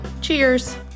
Cheers